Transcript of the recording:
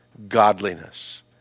godliness